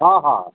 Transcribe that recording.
हॅं हॅं